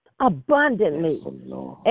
abundantly